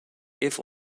lunch